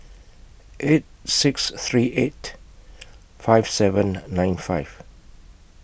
eight six three eight five seven nine five